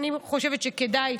אני חושבת שכדאי,